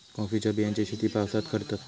कॉफीच्या बियांची शेती पावसात करतत